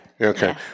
Okay